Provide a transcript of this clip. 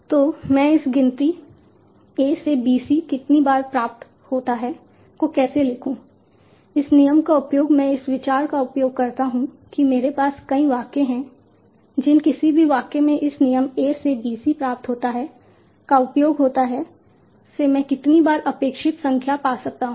तो मैं इस गिनती A से B C कितनी बार प्राप्त होता है को कैसे लिखूं इस नियम का उपयोग मैं इस विचार का उपयोग करता हूं कि मेरे पास कई वाक्य हैं जिन किसी भी वाक्य में इस नियम a से B C प्राप्त होता है का उपयोग होता है से मैं कितनी बार अपेक्षित संख्या पा सकता हूं